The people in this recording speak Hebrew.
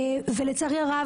ולצערי הרב,